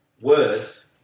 Words